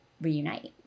reunite